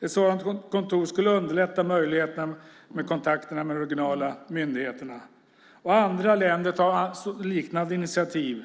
Ett sådant kontor skulle underlätta kontakterna med de regionala myndigheterna. Andra länder tar liknande initiativ,